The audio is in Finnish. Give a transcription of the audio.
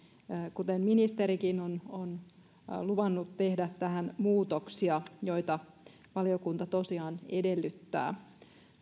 kuten ministerikin on on luvannut tehdä tähän muutoksia joita valiokunta tosiaan edellyttää